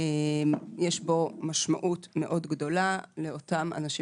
יש בו משמעות מאוד גדולה לאותם אנשים